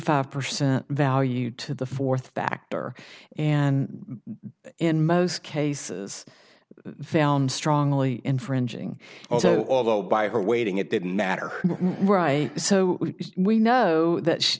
five percent value to the fourth factor and in most cases found strongly infringing also although by her waiting it didn't matter where i so we know that